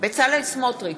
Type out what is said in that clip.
בצלאל סמוטריץ,